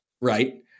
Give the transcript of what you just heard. Right